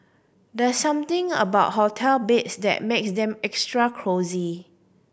there's something about hotel beds that makes them extra cosy